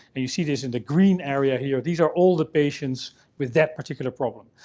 and you see this in the green area, here. these are all the patients with that particular problem.